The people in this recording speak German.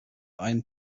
ein